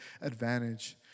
advantage